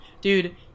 dude